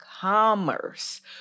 commerce